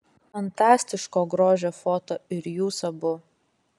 fantastiško grožio foto ir jūs abu